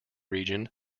region